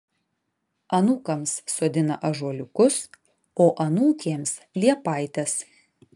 anūkams sodina ąžuoliukus o anūkėms liepaites